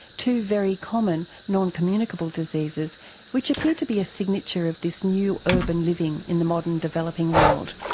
two very common non-communicable diseases which appear to be a signature of this new urban living in the modern developing world.